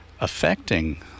affecting